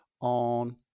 on